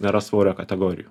nėra svorio kategorijų